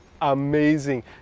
amazing